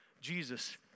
Jesus